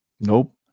Nope